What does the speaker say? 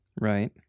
Right